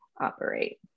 operate